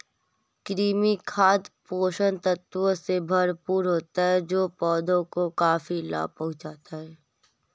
कृमि खाद पोषक तत्वों से भरपूर होता है जो पौधों को काफी लाभ पहुँचाता है